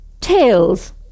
Tails